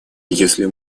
если